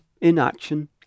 inaction